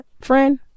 friend